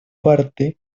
parte